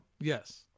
Yes